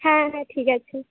হ্যাঁ হ্যাঁ ঠিক আছে